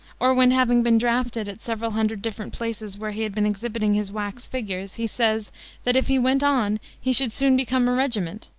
or when, having been drafted at several hundred different places where he had been exhibiting his wax figures, he says that if he went on he should soon become a regiment,